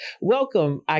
Welcome